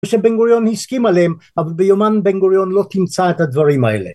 שבן גוריון הסכים עליהם אבל ביומן בן גוריון לא תמצא את הדברים האלה